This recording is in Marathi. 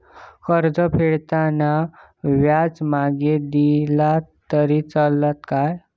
कर्ज फेडताना व्याज मगेन दिला तरी चलात मा?